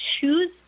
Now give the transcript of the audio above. choose